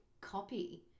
copy